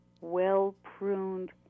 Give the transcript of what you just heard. well-pruned